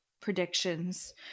predictions